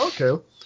Okay